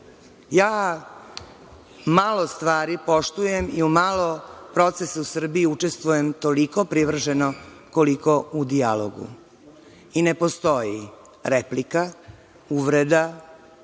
Srbiji? Malo stvari poštujem i u malo procesa u Srbiji učestvujem toliko privrženo koliko u dijalogu. Ne postoji replika, uvreda,